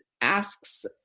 asks